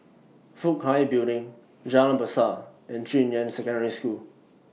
Fook Hai Building Jalan Besar and Junyuan Secondary School